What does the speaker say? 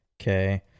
okay